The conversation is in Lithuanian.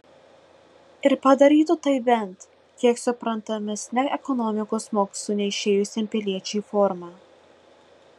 ir padarytų tai bent kiek suprantamesne ekonomikos mokslų neišėjusiam piliečiui forma